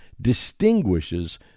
distinguishes